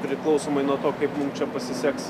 priklausomai nuo to kaip mum čia pasiseks